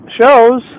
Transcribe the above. shows